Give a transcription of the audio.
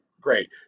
Great